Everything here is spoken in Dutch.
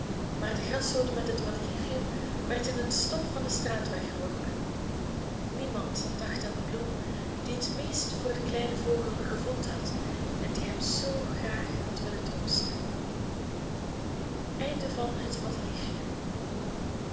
maar de graszode met het madeliefje werd in het stof van den straatweg geworpen niemand dacht aan de bloem die het meest voor den kleinen vogel gevoeld had en die hem zoo graag had willen troosten